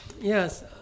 Yes